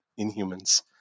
Inhumans